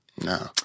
No